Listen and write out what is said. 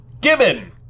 Given